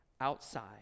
outside